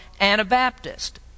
Anabaptist